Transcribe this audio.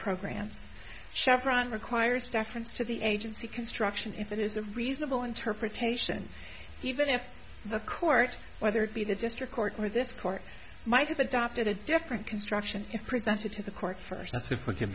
programs chevron requires deference to the agency construction if it is a reasonable interpretation even if the court whether it be the district court or this court might have adopted a different construction if presented to the court for sense if we c